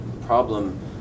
problem